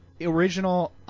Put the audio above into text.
original